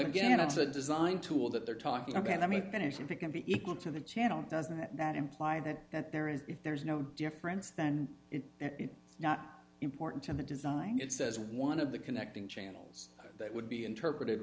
again it's a design tool that they're talking about let me finish if it can be equal to the channel doesn't that imply that that there is if there is no difference then it's not important to the design it says one of the connecting channels that would be interpreted